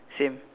same